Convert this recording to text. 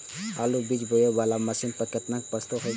आलु बीज बोये वाला मशीन पर केतना के प्रस्ताव हय?